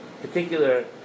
particular